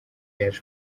yaje